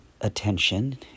attention